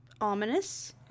ominous